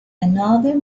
another